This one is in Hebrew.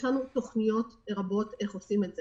יש לנו תוכניות רבות איך עושים את זה.